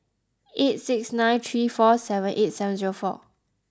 eight six nine three four seven eight seven zero four